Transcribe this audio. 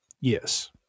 yes